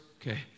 Okay